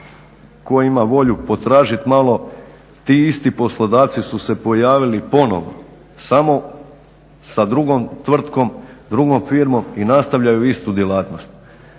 tko ima volju potražiti malo, ti isti poslodavci su se pojavili ponovno samo sa drugom tvrtkom, drugom firmom i nastavljaju istu djelatnost.